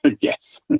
yes